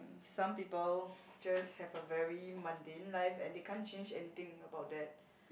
some people just have a very mundane life and they can't change anything about that